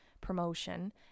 promotion